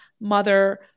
mother